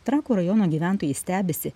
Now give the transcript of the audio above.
trakų rajono gyventojai stebisi